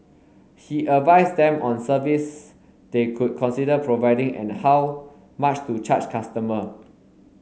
he advised them on service they could consider providing and how much to charge customer